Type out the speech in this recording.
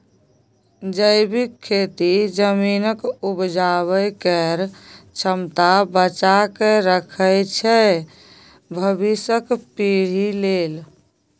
जैबिक खेती जमीनक उपजाबै केर क्षमता बचा कए राखय छै भबिसक पीढ़ी लेल